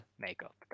makeup